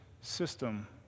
system